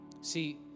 See